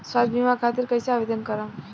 स्वास्थ्य बीमा खातिर कईसे आवेदन करम?